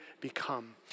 become